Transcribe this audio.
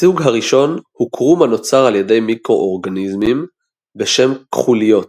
הסוג הראשון הוא קרום הנוצר על ידי מיקרואורגניזמים בשם כחוליות.